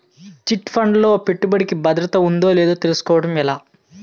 Chit ఫండ్ లో పెట్టుబడికి భద్రత ఉందో లేదో తెలుసుకోవటం ఎలా?